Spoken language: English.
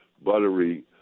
buttery